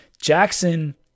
Jackson